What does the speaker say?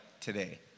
today